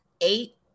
eight